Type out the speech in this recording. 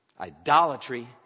idolatry